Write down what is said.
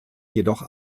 jedoch